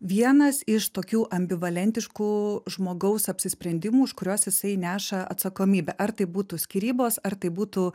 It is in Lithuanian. vienas iš tokių ambivalentiškų žmogaus apsisprendimų už kuriuos jisai neša atsakomybę ar tai būtų skyrybos ar tai būtų